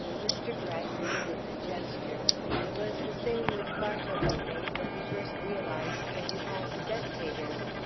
mr. gryce noted the gesture it was the same which bartow had made when he first realized that he had spectators.